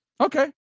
Okay